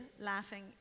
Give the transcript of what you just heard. laughing